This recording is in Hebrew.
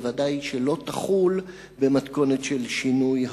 וודאי שלא תחול במתכונת של שינוי החוק.